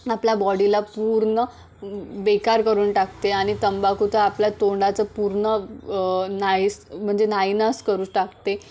आपल्या बॉडीला पूर्ण बेकार करून टाकते आणि तंबाकू तर आपल्या तोंडाचं पूर्ण नाईस म्हणजे नायनाट करू टाकते